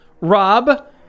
Rob